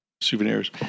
Souvenirs